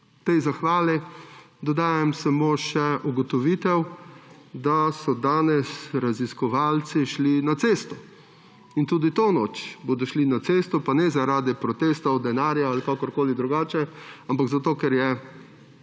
Tej zahvali dodajam samo še ugotovitev, da so danes raziskovalci šli na cesto. In tudi to noč bodo šli na cesto, pa ne zaradi protestov, denarja, ali kakorkoli drugače, ampak zato, ker je